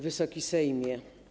Wysoki Sejmie!